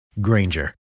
Granger